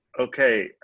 Okay